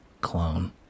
clone